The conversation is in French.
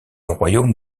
royaume